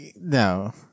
no